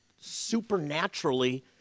supernaturally